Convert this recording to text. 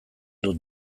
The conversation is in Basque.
dut